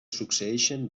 succeeixen